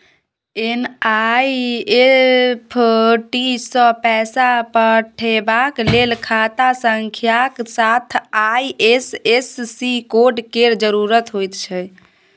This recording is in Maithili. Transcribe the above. एन.ई.एफ.टी सँ पैसा पठेबाक लेल खाता संख्याक साथ आई.एफ.एस.सी कोड केर जरुरत होइत छै